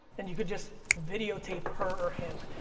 and you could just videotape her or him.